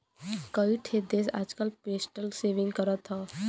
कई ठे देस आजकल पोस्टल सेविंग करत हौ